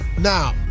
Now